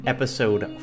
Episode